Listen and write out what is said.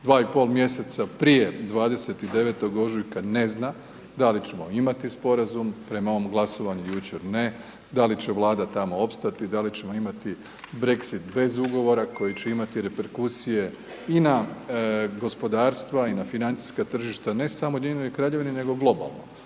dva i pol mjeseca prije 29. ožujka ne zna da li ćemo imati sporazum, prema ovom glasovanju jučer, ne, da li će vlada tamo opstati, da li ćemo imati Brexit bez ugovora koji će imati reperkusije i na gospodarstva i na financijska tržišta, ne samo u Ujedinjenoj Kraljevini nego i globalno.